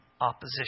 opposition